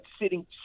sitting